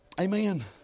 amen